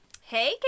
Hey